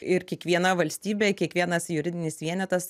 ir kiekviena valstybė kiekvienas juridinis vienetas